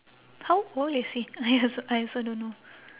how old is he I also I also don't know